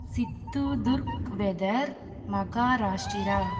Sindhudurg weather Maharashtra